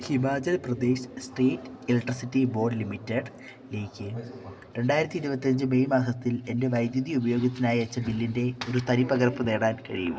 Himachal Pradesh state electricity board ലിമിറ്റഡിലേക്ക് രണ്ടായിരത്തി ഇരുപത്തഞ്ച് മെയ് മാസത്തിൽ എൻ്റെ വൈദ്യുതി ഉപയോഗത്തിനായി അയച്ച ബില്ലിൻ്റെ ഒരു തനിപ്പകർപ്പ് നേടാൻ കഴിയുമോ